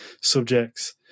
subjects